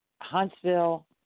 Huntsville